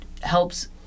helps